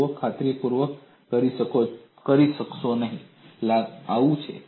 જુઓ તમે ખાતરીપૂર્વક કહી શકશો નહીં આવું છે